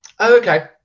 okay